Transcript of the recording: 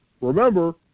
remember